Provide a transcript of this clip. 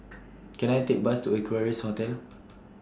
Can I Take A Bus to Equarius Hotel